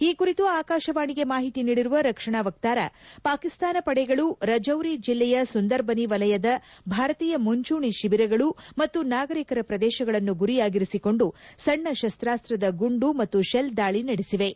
ಈ ಕುರಿತು ಆಕಾಶವಾಣಿಗೆ ಮಾಹಿತಿ ನೀಡಿರುವ ರಕ್ಷಣಾ ವಕ್ತಾರ ಪಾಕಿಸ್ತಾನ ಪಡೆಗಳು ರಚೌರಿ ಜಿಲ್ಲೆಯ ಸುಂದರ್ಬನಿ ವಲಯದ ಭಾರತೀಯ ಮುಂಚೂಣಿ ಶಿಬಿರಗಳು ಮತ್ತು ನಾಗರಿಕರ ಪ್ರದೇಶಗಳನ್ನು ಗುರಿಯಾಗಿಸಿಕೊಂಡು ಸಣ್ಣ ಶಸ್ತಾಸ್ತದ ಗುಂಡು ಮತ್ತು ಶೆಲ್ ದಾಳಿ ನಡೆಸಿವೆ